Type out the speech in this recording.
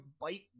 bite